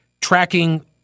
tracking